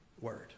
word